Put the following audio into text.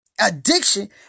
addiction